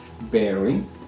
bearing